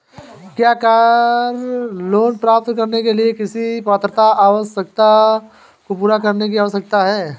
क्या car loan प्राप्त करने के लिए किसी पात्रता आवश्यकता को पूरा करने की आवश्यकता है?